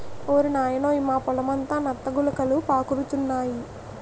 ఓరి నాయనోయ్ మా పొలమంతా నత్త గులకలు పాకురుతున్నాయి